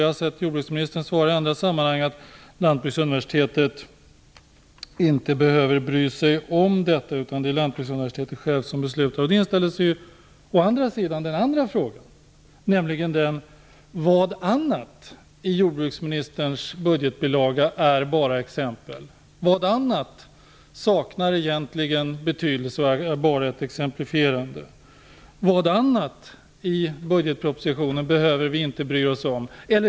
Jag har sett att jordbruksministern i andra sammanhang har sagt att Lantbruksuniversitetet inte behöver bry sig om detta, utan att det är Lantbruksuniversitetet självt som beslutar. Då inställer sig en ny fråga. Vad annat i jordbruksministerns budgetbilaga är bara exempel? Vad annat saknar egentligen betydelse och är bara ett exemplifierande? Vad annat i budgetpropositionen behöver vi inte bry oss om?